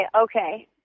okay